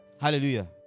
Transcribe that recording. Hallelujah